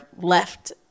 left